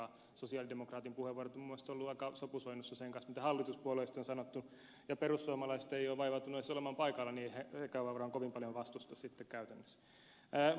sosialidemokraattien puheenvuorot ovat minun mielestäni olleet aika sopusoinnussa sen kanssa mitä hallituspuolueista on sanottu ja kun perussuomalaiset eivät ole vaivautuneet edes olemaan paikalla niin eivät hekään varmaan kovin paljon vastusta sitten käytännössä